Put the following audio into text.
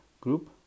group